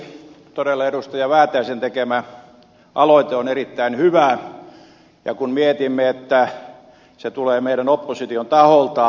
todella edustaja väätäisen tekemä aloite on erittäin hyvä ja kun mietimme että se tulee meidän opposition taholta